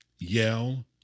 yell